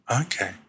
okay